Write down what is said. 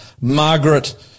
Margaret